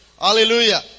Hallelujah